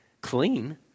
clean